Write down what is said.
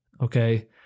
Okay